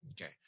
Okay